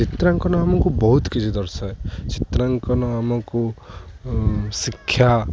ଚିତ୍ରାଙ୍କନ ଆମକୁ ବହୁତ କିଛି ଦର୍ଶାଏ ଚିତ୍ରାଙ୍କନ ଆମକୁ ଶିକ୍ଷା